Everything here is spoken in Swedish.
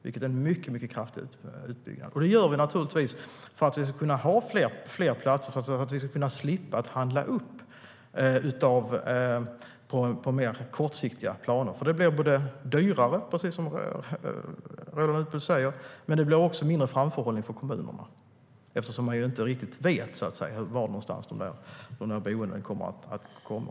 Det är en mycket kraftig utbyggnad, och detta gör vi naturligtvis för att kunna ha fler platser och slippa handla upp efter mer kortsiktiga planer. Det blir nämligen både dyrare, precis som Roland Utbult säger, och ger en mindre framförhållning för kommunerna eftersom man inte riktigt vet var dessa boenden kommer att komma.